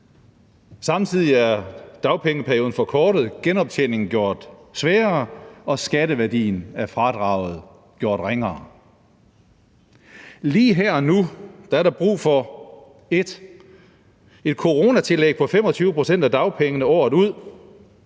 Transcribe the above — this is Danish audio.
Samtidig er dagpengeperioden forkortet, genoptjeningen gjort sværere, og skatteværdien af fradraget gjort ringere. Lige her og nu er der brug for et coronatillæg på 25 pct. af dagpengene året ud;